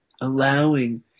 Allowing